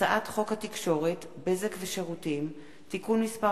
הצעת חוק התקשורת (בזק ושירותים) (תיקון מס'